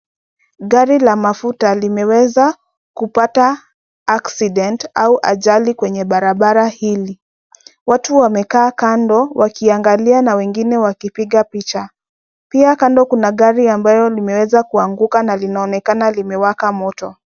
Gari la mafuta limeweza kupata accident au ajali kwenye barabara hili. Watu wamekaa kando wakiangalia na wengine wakipiga picha. Pia kando kuna gari ambayo limeweza kuanguka na linaonekana limewaka moto.